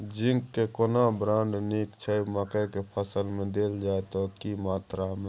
Zinc के केना brand नीक छैय मकई के फसल में देल जाए त की मात्रा में?